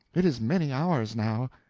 it is many hours now.